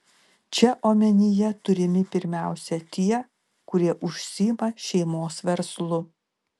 čia omenyje turimi pirmiausia tie kurie užsiima šeimos verslu